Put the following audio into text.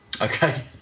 Okay